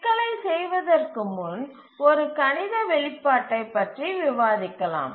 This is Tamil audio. சிக்கலைச் செய்வதற்கு முன் ஒரு கணித வெளிப்பாட்டைப் பற்றி விவாதிக்கலாம்